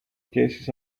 cases